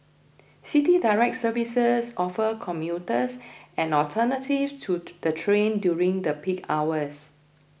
City Direct services offer commuters an alternative to the train during the peak hours